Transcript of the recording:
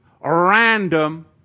random